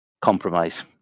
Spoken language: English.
compromise